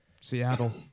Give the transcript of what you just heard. Seattle